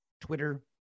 Twitter